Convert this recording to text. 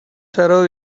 sorrow